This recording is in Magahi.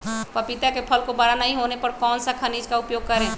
पपीता के फल को बड़ा नहीं होने पर कौन सा खनिज का उपयोग करें?